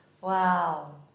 Wow